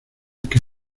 que